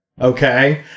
Okay